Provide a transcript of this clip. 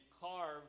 carved